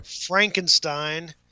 Frankenstein